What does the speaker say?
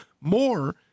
more